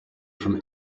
from